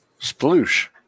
Sploosh